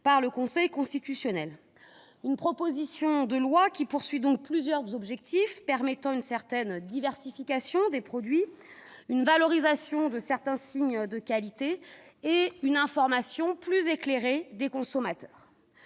par le Conseil constitutionnel. Cette proposition de loi a donc plusieurs objectifs : il s'agit de permettre une certaine diversification des productions, une valorisation de certains signes de qualité et une information plus éclairée des consommateurs.